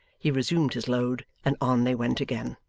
he resumed his load and on they went again.